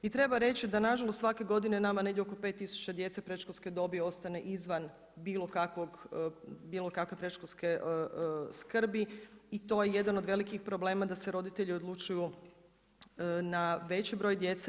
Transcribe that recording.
I treba reći da na žalost svake godine nama negdje oko 5000 djece predškolske dobi ostane izvan bilo kakve predškolske skrbi i to je jedan od velikih problema da se roditelji odlučuju na veći broj djece.